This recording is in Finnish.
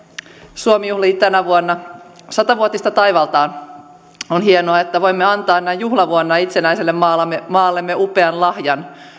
suomi juhlii tänä vuonna satavuotista taivaltaan on hienoa että voimme antaa näin juhlavuonna itsenäiselle maallemme maallemme upean lahjan